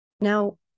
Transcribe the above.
Now